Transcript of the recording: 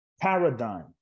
paradigm